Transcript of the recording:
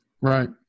Right